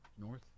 North